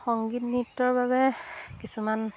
সংগীত নৃত্যৰ বাবে কিছুমান